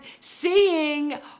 seeing